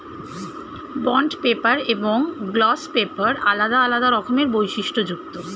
bond paper এবং gloss paper আলাদা আলাদা রকমের বৈশিষ্ট্যযুক্ত